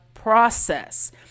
process